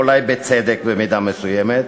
ואולי בצדק במידה מסוימת,